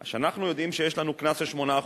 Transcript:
אז כשאנחנו יודעים שיש לנו קנס של 8%,